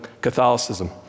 Catholicism